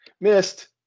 missed